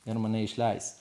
ir mane išleis